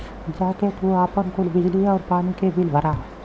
जा के तू आपन कुल बिजली आउर पानी क बिल भरा